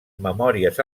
memòries